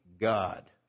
God